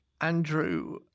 Andrew